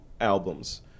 albums